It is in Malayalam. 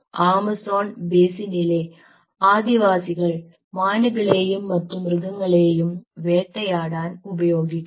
ആമസോൺ ബേസിനിലെ ആദിവാസികൾ മാനുകളെയും മറ്റ് മൃഗങ്ങളെയും വേട്ടയാടാൻ ഉപയോഗിക്കുന്നത്